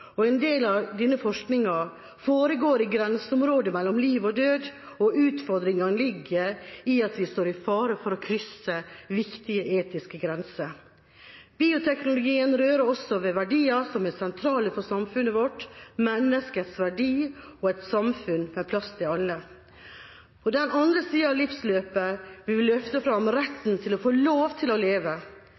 og en del av denne forskningen foregår i grenseområdet mellom liv og død, og utfordringene ligger i at vi står i fare for å krysse viktige etiske grenser. Bioteknologien rører også ved verdier som er sentrale for samfunnet vårt – menneskets verdi og et samfunn med plass til alle. På den andre sida av livsløpet vil vi løfte fram retten til å få lov til å leve.